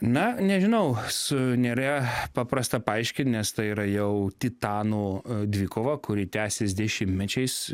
na nežinau su nėra paprasta paaiškint nes tai yra jau titanų dvikova kuri tęsias dešimtmečiais